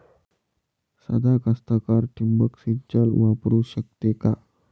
सादा कास्तकार ठिंबक सिंचन वापरू शकते का?